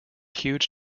huge